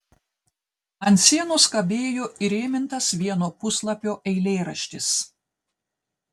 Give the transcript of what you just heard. ant sienos kabėjo įrėmintas vieno puslapio eilėraštis